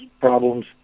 problems